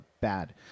bad